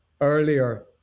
earlier